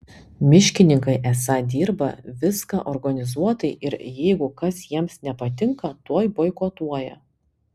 miškininkai esą dirba viską organizuotai ir jeigu kas jiems nepatinka tuoj boikotuoja